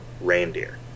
Reindeer